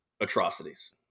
atrocities